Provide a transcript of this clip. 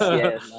yes